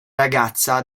ragazza